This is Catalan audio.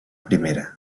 primera